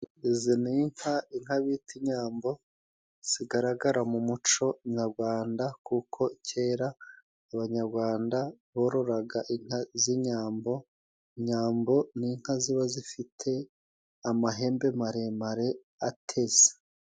Izi ni inka, inka bita inyambo zigaragara mu muco nyagwanda kuko kera abanyagwanda bororaga inka z'inyambo, inyambo n'inka ziba zifite amahembe maremare ateze.